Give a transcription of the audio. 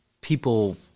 people